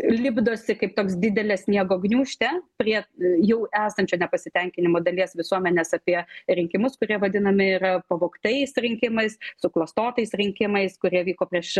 lipdosi kaip toks didelė sniego gniūžtė prie jau esančio nepasitenkinimo dalies visuomenės apie rinkimus kurie vadinami yra pavogtais rinkimais suklastotais rinkimais kurie vyko prieš